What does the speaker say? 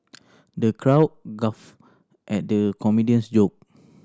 the crowd guff at the comedian's joke